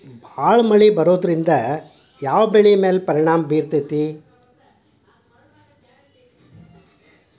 ಭಾಳ ಮಳಿ ಬರೋದ್ರಿಂದ ಯಾವ್ ಬೆಳಿ ಮ್ಯಾಲ್ ಪರಿಣಾಮ ಬಿರತೇತಿ?